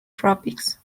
tropics